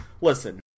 Listen